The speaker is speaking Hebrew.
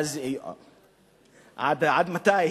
עד מתי?